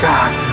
God